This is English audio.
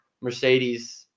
Mercedes